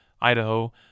Idaho